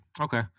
Okay